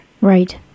Right